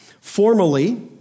Formally